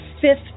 fifth